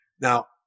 Now